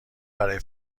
برای